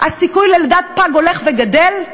הסיכוי ללידת פג הולך וגדל?